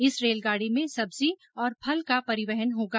इस रेलगाडी में सब्जी और फल का परिवहन होगा